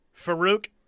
Farouk